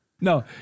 No